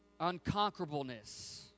Unconquerableness